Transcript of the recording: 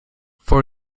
for